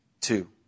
Two